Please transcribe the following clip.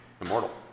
immortal